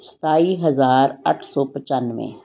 ਸਤਾਈ ਹਜ਼ਾਰ ਅੱਠ ਸੌ ਪਚਾਨਵੇਂ